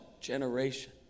generation